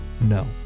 no